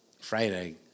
Friday